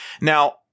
Now